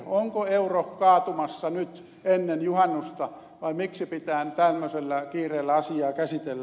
onko euro kaatumassa nyt ennen juhannusta vai miksi pitää tämmöisellä kiireellä asiaa käsitellä